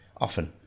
often